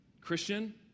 Christian